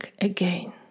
again